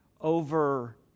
Over